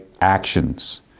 actions